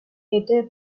better